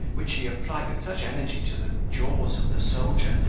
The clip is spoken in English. which he applied with such energy to the jaws of the soldier,